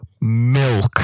Milk